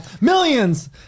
millions